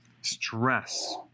stress